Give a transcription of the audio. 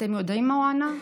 אתם יודעים מה הוא ענה?